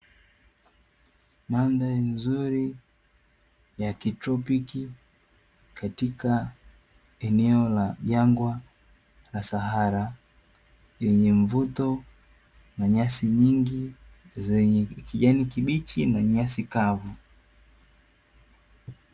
Mandhari nzuri ya kitropiki, katika eneo la jangwa la sahara yenye mvuto na nyasi nyingi zenye, kibichi na nyasi kavu.